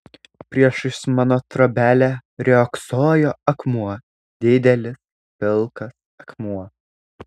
priešais mano trobelę riogsojo akmuo didelis pilkas akmuo